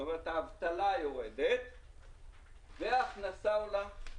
זאת אומרת, האבטלה יורדת וההכנסה עולה.